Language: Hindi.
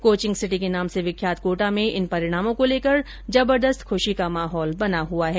कोचिंग सिटी के नाम से विख्यात कोटा में इन परिणामों को लेकर जबरदस्त खुशी का माहौल बना हुआ है